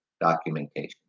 documentation